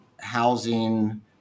housing